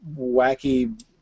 wacky